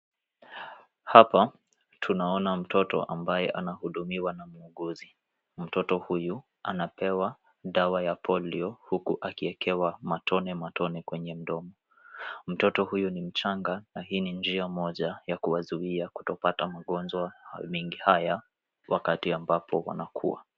Hapa tunaona mtoto ambaye anahudumiwa na muuguzi. Mtoto huyu anapewa dawa ya cs[polio]cs huku akiekewa matone matone kwenye mdomo. Mtoto huyu ni mchanga na hii ni njia moja ya kuwazuia kutopata magonjwa mingi haya, wakati ambapo wanakua.